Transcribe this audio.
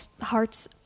hearts